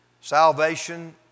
Salvation